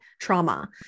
trauma